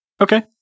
Okay